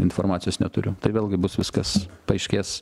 informacijos neturiu tai vėlgi bus viskas paaiškės